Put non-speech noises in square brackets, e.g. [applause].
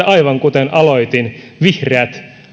[unintelligible] aivan kuten aloitin että vihreät